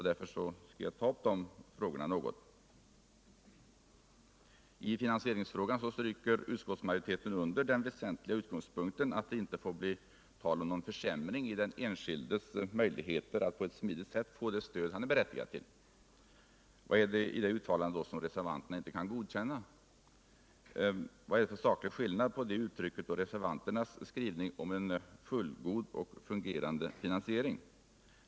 Därför skall jag något beröra de frågorna. I finansieringsfrågan stryker utskottsmajoriteten under den väsentliga utgångspunkten att det inte får bli tal om någon försämring i den enskildes möjligheter att på ett smidigt sätt få det stöd han är berättigad till. Vad är det då i uttalandet som reservanterna inte kan godkänna? Vad är det för saklig skillnad på det uttrycket och reservanternas skrivning om en ”fullgod och fungerande finansiering”?